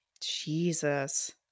Jesus